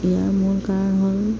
ইয়াৰ মূল কাৰণ হ'ল